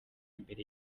mbere